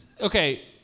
Okay